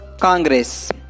Congress